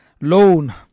loan